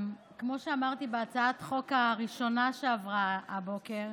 כמו שאמרתי בהצעת החוק הראשונה שעברה היום,